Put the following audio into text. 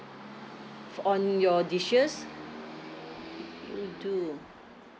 fo~ on your dishes you do